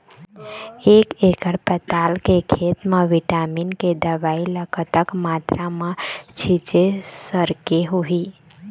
एक एकड़ पताल के खेत मा विटामिन के दवई ला कतक मात्रा मा छीचें करके होही?